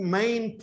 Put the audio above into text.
main